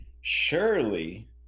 surely